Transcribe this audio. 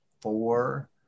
four